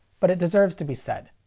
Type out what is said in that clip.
but it deserves to be said.